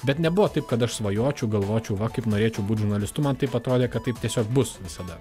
bet nebuvo taip kad aš svajočiau galvočiau va kaip norėčiau būt žurnalistu man taip atrodė kad taip tiesiog bus visada